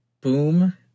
boom